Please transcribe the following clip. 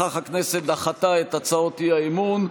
בכך הכנסת דחתה את הצעות האי-אמון.